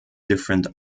different